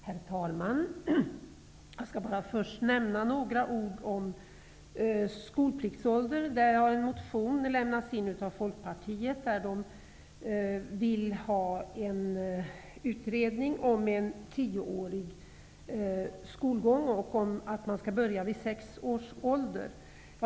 Herr talman! Jag vill först nämna några ord om skolpliktsåldern. Folkpartiet har väckt en motion om att man vill att en utredning skall tillsättas om en tioårig skolgång och att barnen skall börja skolan vid sex års ålder.